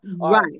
Right